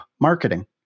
marketing